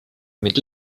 mit